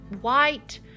white